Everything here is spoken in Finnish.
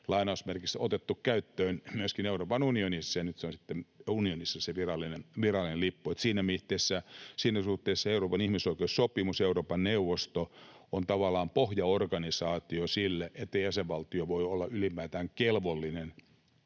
on sitten ”otettu käyttöön” myöskin Euroopan unionissa, ja nyt se on sitten unionissa se virallinen lippu. Siinä suhteessa Euroopan ihmisoikeussopimus ja Euroopan neuvosto on tavallaan pohjaorganisaatio sille, että jäsenvaltio voi olla ylipäätään kelvollinen